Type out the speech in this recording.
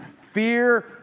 fear